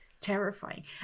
terrifying